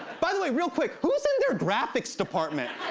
by the way, real quick. who's in their graphics department?